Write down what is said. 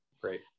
great